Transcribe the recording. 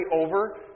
over